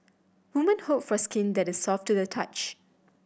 women hope for skin that is soft to the touch